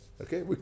okay